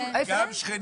גם שכנים.